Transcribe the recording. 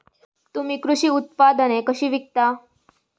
तुम्ही कृषी उत्पादने कशी विकता?